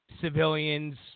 Civilians